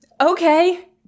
Okay